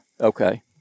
Okay